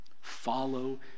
follow